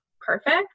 perfect